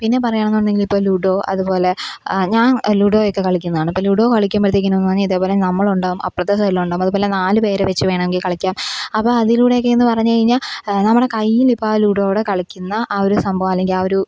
പിന്നെ പറയാണമെന്നുണ്ടെങ്കിലിപ്പം ലുഡോ അതുപോലെ ഞാന് ലുഡോയൊക്കെ കളിക്കുന്നതാണ് അപ്പം ലുഡോ കളിക്കുമ്പോഴത്തേക്കിനും ഇതേപോലെ നമ്മളുണ്ടാകും അപ്പുറത്തെ സൈഡിലുണ്ടാകും അതുപോലെ നാല് പേരെ വെച്ച് വേണമെങ്കില് കളിക്കാം അപ്പം അതിലൂടെയൊക്കെയെന്നു പറഞ്ഞു കഴിഞ്ഞാൽ നമ്മുടെ കയ്യിലിപ്പം ആ ലൂഡോയുടെ കളിക്കുന്ന ആ ഒരു സംഭവം അല്ലെങ്കില് ആ ഒരു